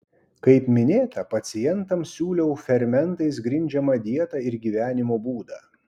kaip minėta pacientams siūlau fermentais grindžiamą dietą ir gyvenimo būdą